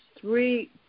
three